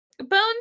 Bones